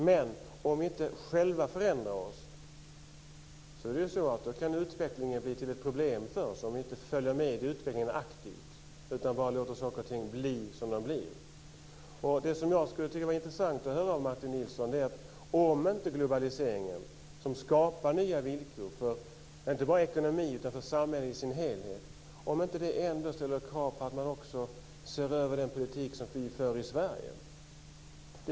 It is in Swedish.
Men om vi inte själva förändrar oss kan utvecklingen bli ett problem för oss, alltså om vi inte följer med i utvecklingen aktivt utan bara låter saker och ting bli som de blir. Det jag tycker att det skulle vara intressant att höra, Martin Nilsson, är om inte globaliseringen, som skapar nya villkor för inte bara ekonomin utan också samhället i dess helhet, också ställer krav på att man ser över den politik som vi för i Sverige.